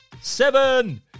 seven